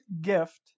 gift